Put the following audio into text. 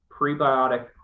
prebiotic